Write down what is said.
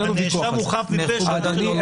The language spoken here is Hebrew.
הנאשם הוא חף מפשע --- אדוני,